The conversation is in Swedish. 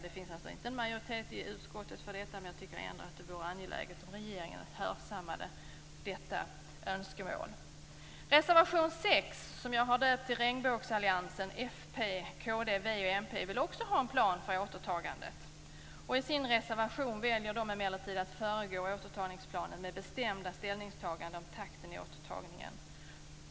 Det finns alltså inte en majoritet i utskottet för det, men jag tycker att det är angeläget att regeringen hörsammar detta önskemål. I reservation 6, från "regnbågsalliansen" fp, kd, v och mp, vill man också ha en plan för återtagandet. I reservationen väljer man emellertid att föregå återtagningsplanen med bestämda ställningstaganden om takten i återtagningen.